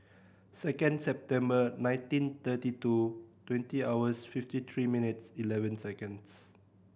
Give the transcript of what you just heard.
second September nineteen thirty two twenty hours fifty three minutes eleven seconds